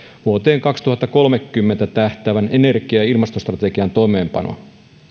vuoteen kaksituhattakolmekymmentä tähtäävän energia ja ilmastostrategian toimeenpanoa